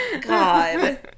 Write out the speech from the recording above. god